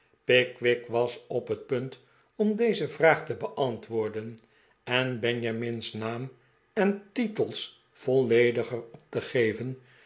pickwick was op het punt bfn deze vraag te beantwoorden en benjamin's naam en titels vollediger op te geven